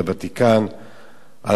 על אתרים קדושים בירושלים,